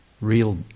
real